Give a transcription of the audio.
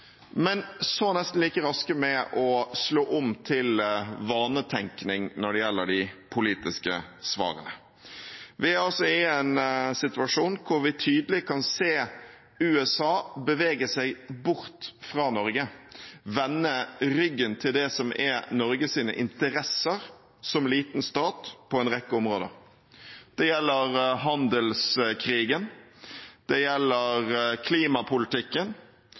men så er nesten like raske til å slå om til vanetenkning når det gjelder de politiske svarene. Vi er altså i en situasjon hvor vi tydelig kan se USA bevege seg bort fra Norge, vende ryggen til det som er Norges interesser som liten stat på en rekke områder. Det gjelder handelskrigen, det gjelder klimapolitikken,